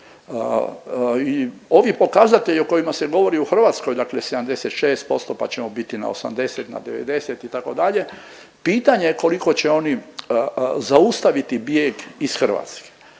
I ovi pokazatelji o kojima se govori u Hrvatskoj, dakle 76% pa ćemo biti na 80, na 90 itd. pitanje je koliko će oni zaustaviti bijeg iz Hrvatske.